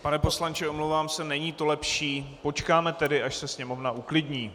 Pane poslanče, omlouvám se, není to lepší, počkáme tedy, až se Sněmovna uklidní.